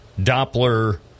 Doppler